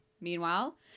Meanwhile